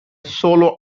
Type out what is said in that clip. solo